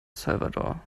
salvador